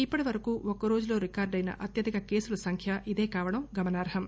ఇప్పటి వరకు ఒక్కరోజు రికార్దెన అత్యధిక కేసుల సంఖ్య ఇదే కావడం గమనార్హం